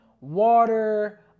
water